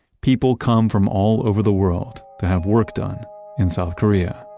people come from all over the world to have work done in south korea.